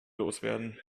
loswerden